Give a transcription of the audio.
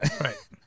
right